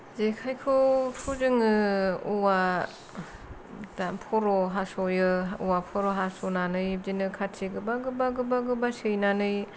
जेखाइखौथ' जोङो औवा दा खर'आव हासयो औवा खर' हासनानै बिदिनो खाथि गोबा गोबा गोबा गोबा सैनानै